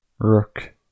Rook